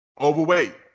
overweight